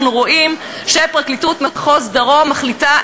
אנחנו רואים שפרקליטות מחוז דרום מחליטה,